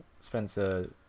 Spencer